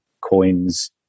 coins